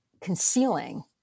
concealing